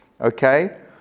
Okay